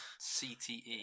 CTE